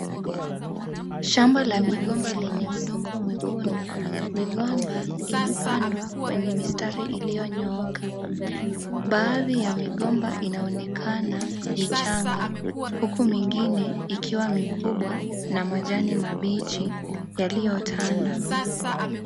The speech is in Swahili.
Shamba la migomba lenye udongo mekundu. Migomba imepandwa kwenye mistari iliyonyooka baadhi ya migomba inaonekana michanga huku mengine ikiwa mikubwa na majani mabichi yaliyotanda.